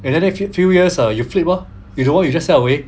then the few years ah you flip lor if you don't want you just sell away